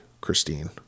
Christine